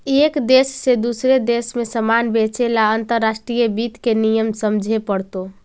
एक देश से दूसरे देश में सामान बेचे ला अंतर्राष्ट्रीय वित्त के नियम समझे पड़तो